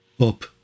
up